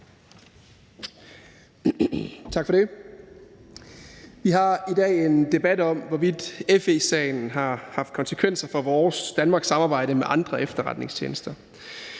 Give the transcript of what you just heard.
Vi har i dag en debat om, hvorvidt FE-sagen har haft konsekvenser for vores, Danmarks, samarbejde med andre efterretningstjenester.